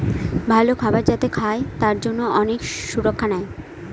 ভালো খাবার যাতে খায় তার জন্যে অনেক সুরক্ষা নেয়